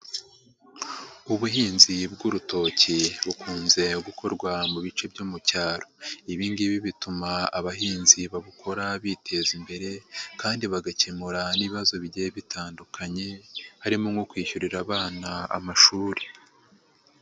Ubuhinzi bw'urutoki bukunze gukorwa mu bice byo mu cyaro, ibi ngibi bituma abahinzi babukora biteza imbere kandi bagakemura n'ibibazo bigiye bitandukanye, harimo nko kwishyurira abana amashuri.